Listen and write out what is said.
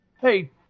Hey